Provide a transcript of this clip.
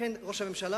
לכן, ראש הממשלה,